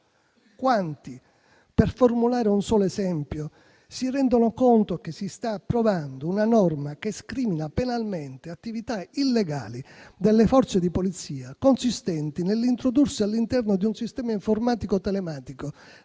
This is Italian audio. Quanti - per formulare un solo esempio - si rendono conto che si sta approvando una norma che scrimina penalmente attività illegali delle Forze di polizia, consistenti nell'introdursi all'interno di un sistema informatico telematico,